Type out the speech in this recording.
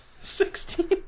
Sixteen